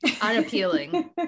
unappealing